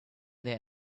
there